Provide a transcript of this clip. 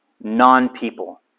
non-people